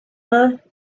her